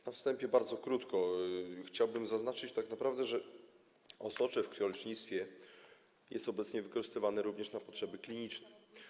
Na wstępie bardzo krótko chciałbym zaznaczyć, że osocze w krwiolecznictwie jest obecnie wykorzystywane również na potrzeby kliniczne.